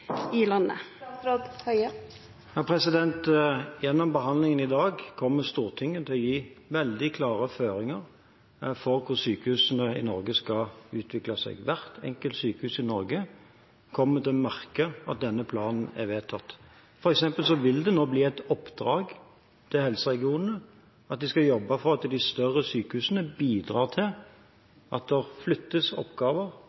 i landet? Gjennom behandlingen i dag kommer Stortinget til å gi veldig klare føringer for hvordan sykehusene i Norge skal utvikles. Hvert sykehus i Norge kommer til å merke at denne planen er vedtatt. For eksempel vil det nå bli et oppdrag til helseregionene å jobbe for at de større sykehusene bidrar